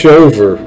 over